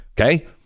okay